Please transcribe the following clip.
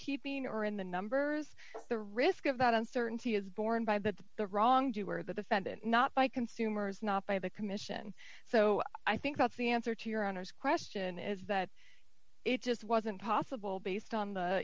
keeping or in the numbers the risk of that uncertainty is borne by the the wrongdoer the defendant not by consumers not by the commission so i think about the answer to your honor's question is that it just wasn't possible based on the